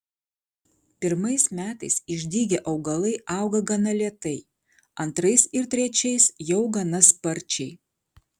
pirmais metais išdygę augalai auga gana lėtai antrais ir trečiais jau gana sparčiai